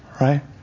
right